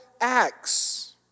Acts